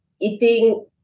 eating